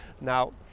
now